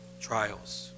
trials